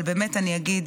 אבל באמת אני אגיד